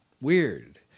weird